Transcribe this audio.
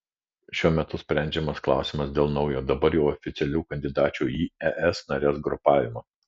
šiuo metu sprendžiamas klausimas dėl naujo dabar jau oficialių kandidačių į es nares grupavimo